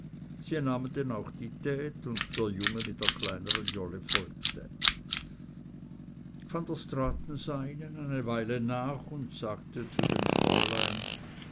sie nahmen denn auch die tete und der junge mit der kleineren jolle folgte van der straaten sah ihnen eine weile nach und sagte dann zu dem fräulein